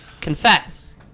Confess